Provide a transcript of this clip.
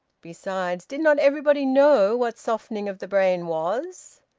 besides, did not everybody know what softening of the brain was?